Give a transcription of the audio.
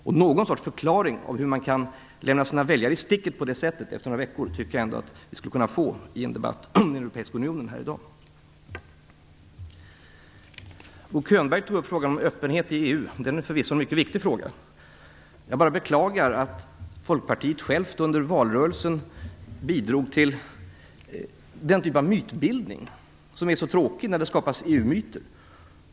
Jag tycker att vi i debatten om den europeiska unionen här i dag borde kunna få någon sorts förklaring till hur man kan lämna sina väljare i sticket på det sättet efter några veckor. Bo Könberg tog upp frågan om öppenhet i EU, och det är förvisso en mycket viktig fråga. Jag beklagar bara att Folkpartiet självt under valrörelsen bidrog till den typ av mytbildning om EU som är så tråkig.